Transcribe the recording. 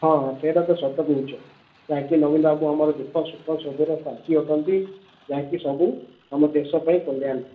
ହଁ ସେଇଟା ତ ସତ କହୁଛ କାହିଁକି ନବୀନ ବାବୁ ଆମର ଦୁଃଖ ସୁଖ ସବୁର ସାଥି ଅଟନ୍ତି ଯାହାକି ସବୁ ଆମ ଦେଶ ପାଇଁ କଲ୍ୟାଣ